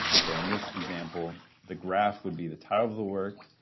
so in this example the graph would be the title of the work,